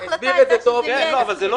ההחלטה הייתה שזה יהיה --- אבל זה לא